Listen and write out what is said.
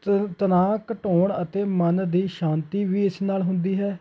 ਤ ਤਣਾਅ ਘਟਾਉਣ ਅਤੇ ਮਨ ਦੀ ਸ਼ਾਂਤੀ ਵੀ ਇਸ ਨਾਲ ਹੁੰਦੀ ਹੈ